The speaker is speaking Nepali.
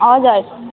हजुर